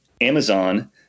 Amazon